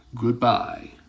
Goodbye